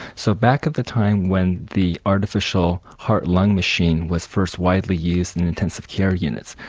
so back at the time when the artificial heart-lung machine was first widely used in intensive care units,